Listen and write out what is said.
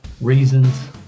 Reasons